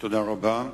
תודה רבה.